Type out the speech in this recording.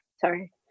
sorry